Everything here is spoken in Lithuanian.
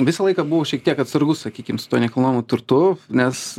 visą laiką buvau šiek tiek atsargus sakykim su tuo nekilnojamu turtu nes